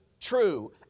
true